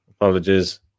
Apologies